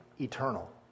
eternal